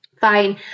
Fine